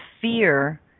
fear